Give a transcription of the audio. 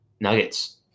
Nuggets